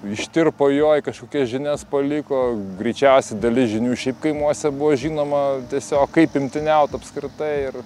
ištirpo joj kažkokias žinias paliko greičiausiai dalis žinių šiaip kaimuose buvo žinoma tiesiog kaip imtyniaut apskritai ir